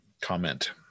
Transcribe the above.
comment